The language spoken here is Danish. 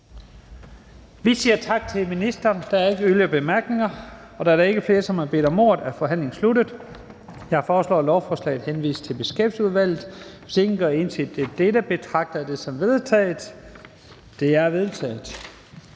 Vi siger tak til ministeren. Der er ingen korte bemærkninger. Da der ikke er flere, som har bedt om ordet, er forhandlingen sluttet. Jeg foreslår, at lovforslaget henvises til Beskæftigelsesudvalget. Hvis ingen gør indsigelse, betragter jeg det som vedtaget. Det er vedtaget.